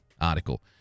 article